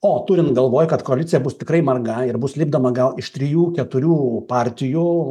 o turint galvoje kad koalicija bus tikrai marga ir bus lipdoma gal iš trijų keturių partijų